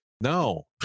no